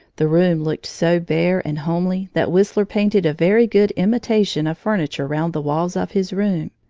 the room looked so bare and homely that whistler painted a very good imitation of furniture round the walls of his room.